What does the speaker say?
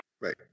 Right